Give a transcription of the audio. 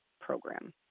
program